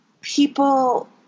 people